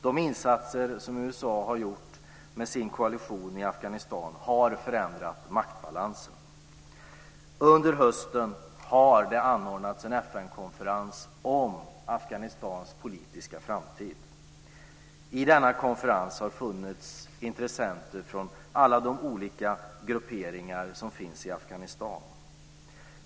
De insatser som USA har gjort med sin koalition i Afghanistan har förändrat maktbalansen. Under hösten har det anordnats en FN-konferens om Afghanistans politiska framtid. I denna konferens har funnits intressenter från alla de olika grupperingar som finns i Afghanistan.